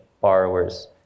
borrowers